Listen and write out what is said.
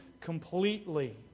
completely